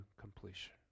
completion